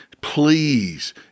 Please